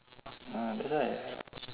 mm that's why